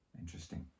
Interesting